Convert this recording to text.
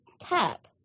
tap